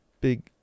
big